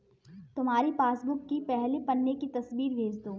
तुम्हारी पासबुक की पहले पन्ने की तस्वीर भेज दो